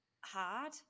hard